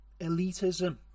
elitism